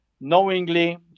knowingly